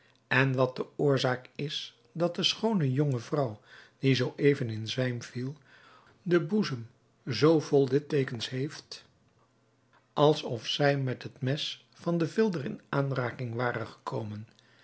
en wat de oorzaak is dat de schoone jonge vrouw die zoo even in zwijm viel den boezem zoo vol lidteekens heeft als of zij met het mes van den vilder in aanraking ware gekomen